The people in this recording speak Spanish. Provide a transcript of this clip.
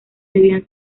debían